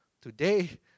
Today